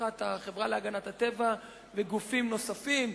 בתמיכת החברה להגנת הטבע וגופים נוספים,